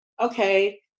okay